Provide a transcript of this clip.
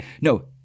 No